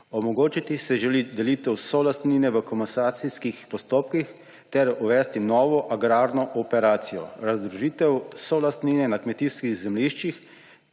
omogočiti se želi delitev solastnine v komasacijskih postopkih ter uvesti novo agrarno operacijo razdružitev solastnine na kmetijskih zemljiščih,